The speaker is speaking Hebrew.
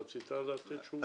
רצית לתת תשובות?